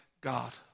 God